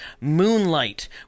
Moonlight